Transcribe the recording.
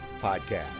Podcast